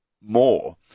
more